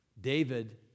David